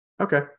Okay